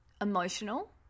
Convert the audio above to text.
emotional